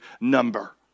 number